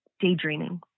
Daydreaming